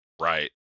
Right